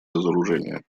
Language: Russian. разоружения